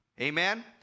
amen